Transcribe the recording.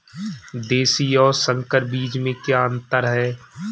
देशी और संकर बीज में क्या अंतर है?